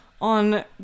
on